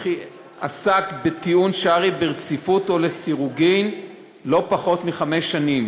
וכי עסק בטיעון שרעי ברציפות או לסירוגין לא פחות מחמש שנים,